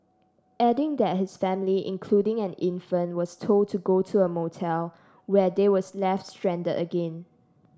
adding that his family including an infant was told to go to a motel where they were left strand again